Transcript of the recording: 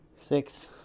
six